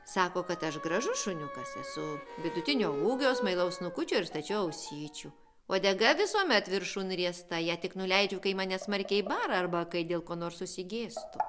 sako kad aš gražus šuniukas esu vidutinio ūgio smailaus snukučio ir stačių ausyčių uodega visuomet viršun riesta ją tik nuleidžiu kai mane smarkiai bara arba kai dėl ko nors susigėstu